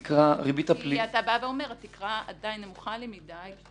אתה בא ואומר: התקרה עדיין נמוכה לי מדיי,